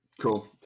cool